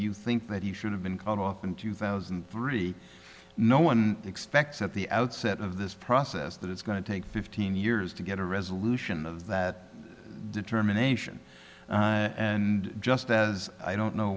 you think that he should have been cut off in two thousand and three no one expects at the outset of this process that it's going to take fifteen years to get a resolution of that determination and just as i don't know